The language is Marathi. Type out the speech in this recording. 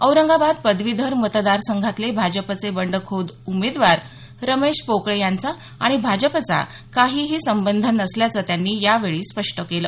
औरंगाबाद पदवीधर मतदारसंघातले भाजपचे बंडखोर उमेदवार रमेश पोकळे यांचा आणि भाजपचा काहीही संबंध नसल्याचं त्यांनी यावेळी स्पष्ट केलं